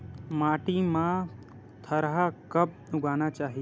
माटी मा थरहा कब उगाना चाहिए?